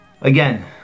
again